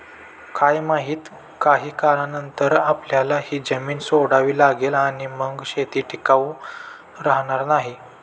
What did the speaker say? काय माहित, काही काळानंतर आपल्याला ही जमीन सोडावी लागेल आणि मग शेती टिकाऊ राहणार नाही